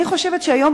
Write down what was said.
אני חושבת שהיום,